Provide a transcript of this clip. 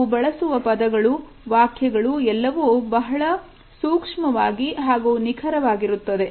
ನಾವು ಬಳಸುವ ಪದಗಳು ವಾಕ್ಯಗಳು ಎಲ್ಲವೂ ಬಹಳ ಸೂಕ್ಷ್ಮವಾಗಿ ಹಾಗೂ ನಿಖರವಾಗಿರುತ್ತವೆ